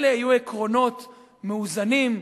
אלה יהיו עקרונות מאוזנים,